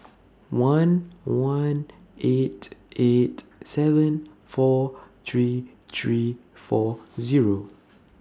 one one eight eight seven four three three four Zero